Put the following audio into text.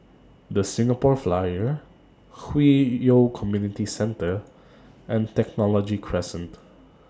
The Singapore Flyer Hwi Yoh Community Centre and Technology Crescent